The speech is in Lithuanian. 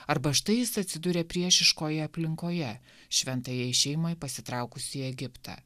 arba štai jis atsiduria priešiškoje aplinkoje šventajai šeimai pasitraukus į egiptą